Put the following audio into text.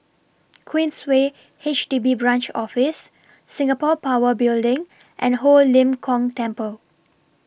Queensway H D B Branch Office Singapore Power Building and Ho Lim Kong Temple